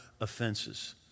offenses